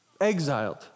exiled